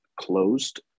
closed